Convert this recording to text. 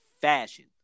fashion